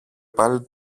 πάλι